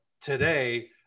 today